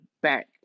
back